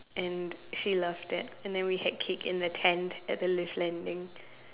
and she loved it and then we had cake in the tent at the lift landing